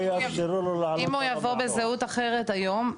לא יאפשרו לו לעלות --- אם הוא יבוא בזהות אחרת היום,